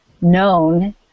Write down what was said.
known